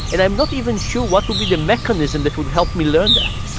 and i'm not even sure what will be the mechanism that would help me learn that.